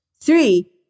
Three